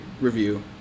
review